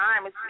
time